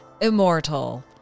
Immortal